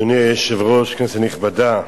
אדוני היושב-ראש, כנסת נכבדה,